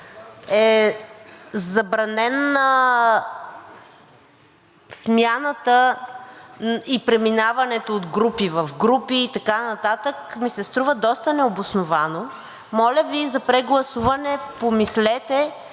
е забранена смяната и преминаването от групи в групи и така нататък, ми се струва доста необосновано. Моля Ви за прегласуване. Помислете